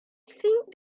think